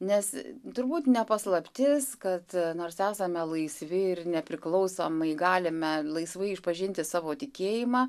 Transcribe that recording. nes turbūt ne paslaptis kad nors esame laisvi ir nepriklausomai galime laisvai išpažinti savo tikėjimą